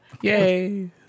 yay